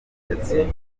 yatsindiye